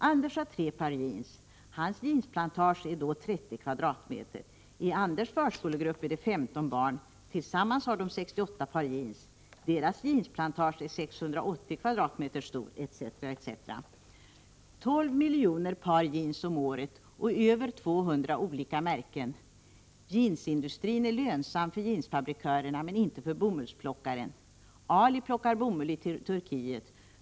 Anders har tre par jeans. Hans jeansplantage är då 30 kvadratmeter. I Anders förskolegrupp är det 15 barn. Tillsammans har de 68 par jeans. Deras jeansplantage är 680 kvadratmeter stort. Det står att det tillverkas 12 miljoner par jeans om året och att det finns över 200 olika märken. Man skriver att jeansindustrin är lönsam för jeansfabrikanterna, men inte för bomullsplockaren. Ali plockar bomull i Turkiet.